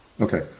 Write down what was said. Okay